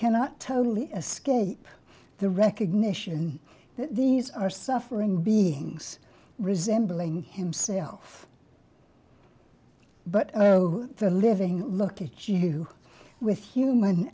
cannot totally escape the recognition that these are suffering beings resembling himself but the living look at you with human